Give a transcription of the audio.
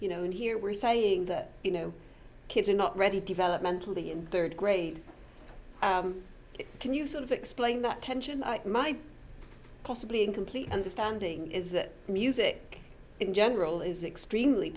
you know and here we're saying that you know kids are not ready developmentally in third grade can you sort of explain that tension i might possibly incomplete understanding is that music in general is extremely